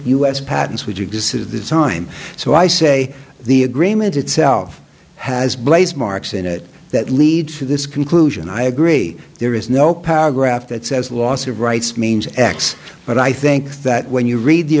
us patents would you consider this time so i say the agreement itself has blazed marks in it that leads to this conclusion i agree there is no power graph that says loss of rights means x but i think that when you read the